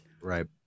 Right